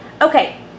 Okay